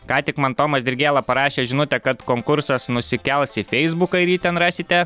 ką tik man tomas dirgėla parašė žinutę kad konkursas nusikels į feisbuką ir jį ten rasite